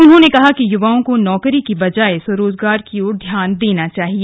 उन्होंने कहा कि युवाओं को नौकारी के बजाये स्वरोजगार की ओर ध्यान देना चाहिए